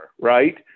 right